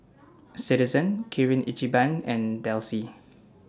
Citizen Kirin Ichiban and Delsey